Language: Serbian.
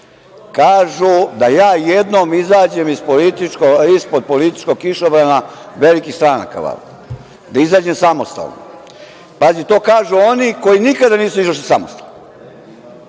Kažu da jednom izađem ispod političkog kišobrana velikih stranaka, da izađem samostalno. Pazite, to kažu oni koji nikada nisu izašli samostalno.